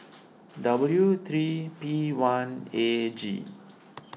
W three P one A G